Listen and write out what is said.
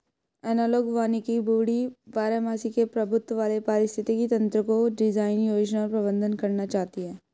analogue वानिकी वुडी बारहमासी के प्रभुत्व वाले पारिस्थितिक तंत्रको डिजाइन, योजना और प्रबंधन करना चाहती है